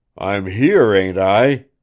i'm here, ain't i?